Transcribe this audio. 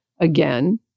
again